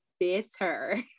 bitter